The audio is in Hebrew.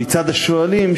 מצד השואלים,